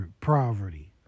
poverty